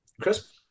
Chris